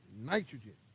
nitrogen